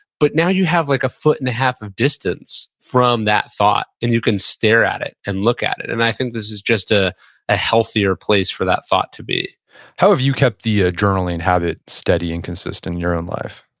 but now you have like a foot and a half of distance from that thought, and you can stare at it and look at it. and i think this is just ah a healthier place for that thought to be how have you kept the ah journaling habit steady and consistent in your own life?